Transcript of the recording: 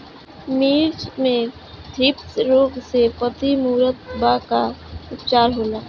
मिर्च मे थ्रिप्स रोग से पत्ती मूरत बा का उपचार होला?